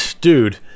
dude